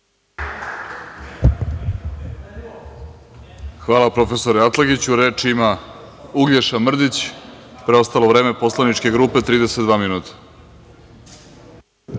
Hvala profesore Atlagiću. Reč ima Uglješa Mrdić. Preostalo vreme poslaničke grupe 32 minuta.